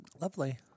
lovely